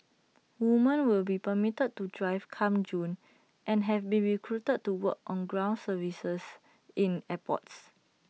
women will be permitted to drive come June and have been recruited to work ground service in airports